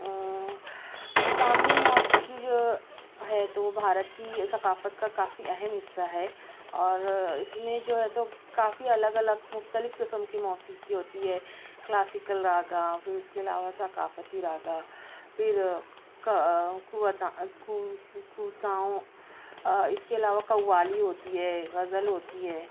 مقامی موسیقی جو ہے تو وہ بھارت کی ثقافت کا کافی اہم حصہ ہے اور اس میں جو ہے تو کافی الگ الگ مختلف قسم کی موسیقی ہوتی ہے کلاسکل راگا پھر اس کے علاوہ ثقافتی راگا پھر کوتاؤں اس کے علاوہ قوالی ہوتی ہے غزل ہوتی ہے